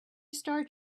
start